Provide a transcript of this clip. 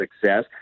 success